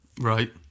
Right